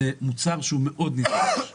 זו אלטרנטיבה מאוד נדרשת.